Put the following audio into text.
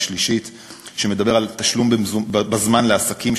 שמדבר על תשלום בזמן לעסקים,